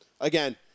Again